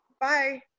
bye